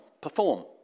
Perform